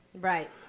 Right